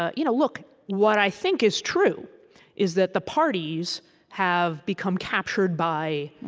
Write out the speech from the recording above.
ah you know look, what i think is true is that the parties have become captured by,